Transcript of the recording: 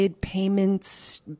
payments